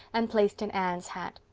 and placed in anne's hat.